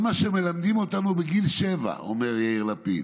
שמלמדים אותנו בגיל שבע", אומר יאיר לפיד.